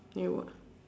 ya we